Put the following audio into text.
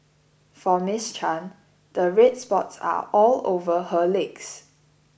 for Ms Chan the red spots are all over her legs